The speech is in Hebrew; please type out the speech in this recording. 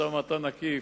משא-ומתן עקיף,